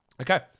Okay